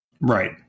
Right